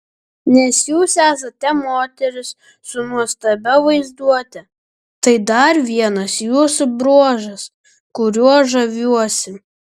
nes jūs esate moteris su nuostabia vaizduote tai dar vienas jūsų bruožas kuriuo žaviuosi